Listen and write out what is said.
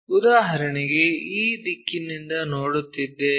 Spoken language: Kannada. ಉದಾಹರಣೆಗೆ ಈ ದಿಕ್ಕಿನಿಂದ ನೋಡುತ್ತಿದ್ದೇವೆ